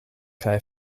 kaj